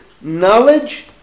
Knowledge